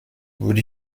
würde